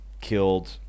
killed